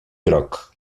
groc